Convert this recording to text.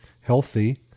healthy